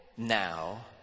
Now